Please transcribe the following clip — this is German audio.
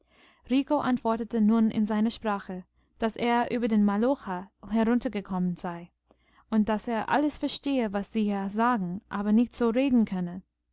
rico antwortete nun in seiner sprache daß er über den maloja heruntergekommen sei und daß er alles verstehe was sie hier sagen aber nicht so reden könne